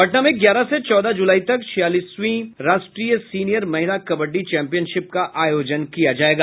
पटना में ग्यारह से चौदह जुलाई तक छियासठवीं राष्ट्रीय सीनियर महिला कबड्डी चैम्पियनशिप का आयोजन किया जायेगा